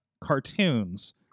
cartoons